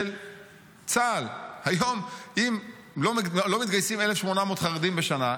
צה"ל היום אם לא מתגייסים 1,800 חרדים בשנה,